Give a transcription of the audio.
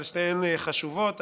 אבל שתיהן חשובות.